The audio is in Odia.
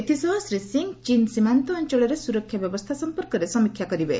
ଏଥିସହ ଶ୍ରୀ ସିଂ ଚୀନ ସୀମାନ୍ତ ଅଞ୍ଚଳରେ ସୁରକ୍ଷା ବ୍ୟବସ୍ଥା ସଂପର୍କରେ ସମୀକ୍ଷା କରିବେ